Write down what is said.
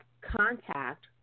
contact